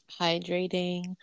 hydrating